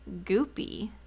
goopy